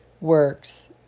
works